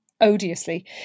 odiously